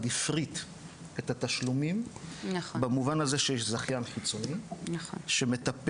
הפריט את התשלומים במובן הזה שיש זכיין חיצוני שמטפל